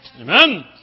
Amen